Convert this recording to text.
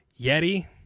Yeti